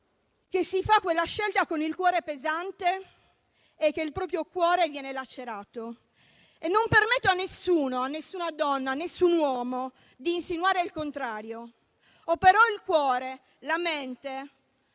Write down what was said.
che si fa quella scelta con il cuore pesante e che il proprio cuore viene lacerato e non permetto a nessuno, a nessuna donna e nessun uomo, di insinuare il contrario. Ho però il cuore e la mente